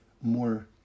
more